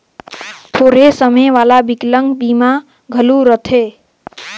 थोरहें समे वाला बिकलांग बीमा घलो रथें